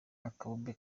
akabumbe